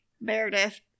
Meredith